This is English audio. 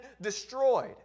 destroyed